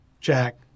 Jack